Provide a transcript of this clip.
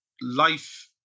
life